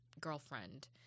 girlfriend